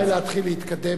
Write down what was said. כדאי להתחיל להתקדם.